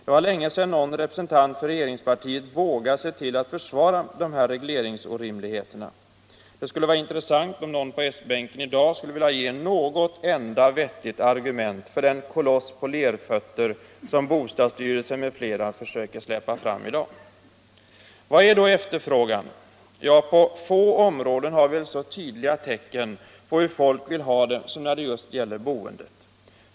Det var länge sedan någon representant för regeringspartiet vågade sig på att försvara dessa regleringsorimligheter. Det vore intressant om någon på s-bänken i dag skulle vilja ge något vettigt argument för den koloss på lerfötter som bostadsstyrelsen m.fl. försöker släpa fram. Vad är då efterfrågan? Ja, på få områden har vi väl så tydliga tecken på hur folk vill ha det som när det gäller boendet.